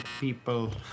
people